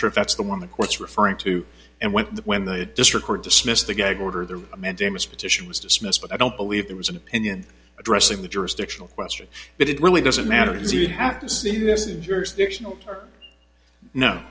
sure if that's the one the court's referring to and when the when the district court dismissed the gag order the mandamus petition was dismissed but i don't believe there was an opinion addressing the jurisdictional question but it really doesn't matter if you have